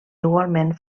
igualment